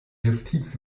justiz